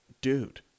Dude